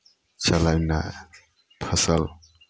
चलेनाइ फसल